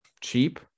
cheap